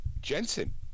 Jensen